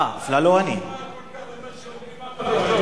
אדוני היושב-ראש,